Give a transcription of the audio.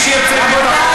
הוספתי לך.